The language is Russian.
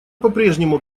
попрежнему